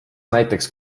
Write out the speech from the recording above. näiteks